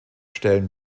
stellen